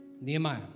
Nehemiah